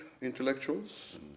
intellectuals